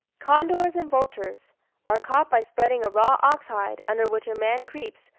condors and vultures are caught by spreading a raw ox-hide, under which a man creeps,